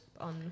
on